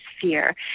fear